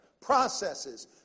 processes